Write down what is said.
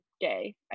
gay